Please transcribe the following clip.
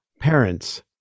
parents